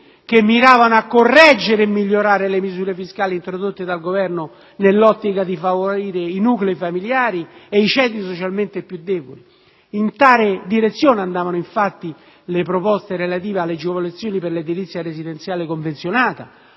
che miravano a correggere e migliorare le misure fiscali introdotte dal Governo nell'ottica di favorire i nuclei familiari e i ceti socialmente più deboli. In tale direzione andavano infatti le proposte relative alle agevolazioni per l'edilizia residenziale convenzionata,